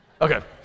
Okay